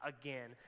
Again